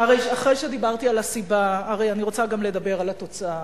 הרי אני רוצה גם לדבר על התוצאה.